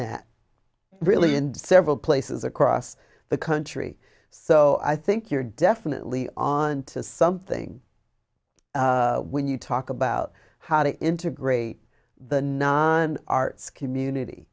that really in several places across the country so i think you're definitely on to something when you talk about how to integrate the non arts community